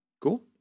Cool